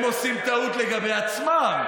הם עושים טעות לגבי עצמם,